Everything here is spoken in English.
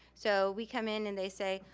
so we come in and they say,